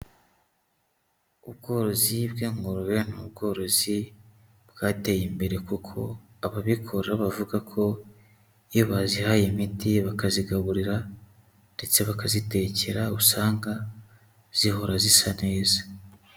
Ubworozi bw'ingurube, ni ubworozi bwateye imbere kuko ababikora bavuga ko iyo bazihaye imiti, bakazigaburira ndetse bakazitekera usanga zihora zisa neza.